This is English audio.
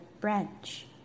branch